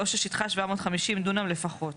"או ששטחה 750 דונם לפחות".